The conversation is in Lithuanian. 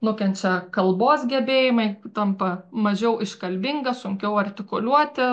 nukenčia kalbos gebėjimai tampa mažiau iškalbinga sunkiau artikuliuoti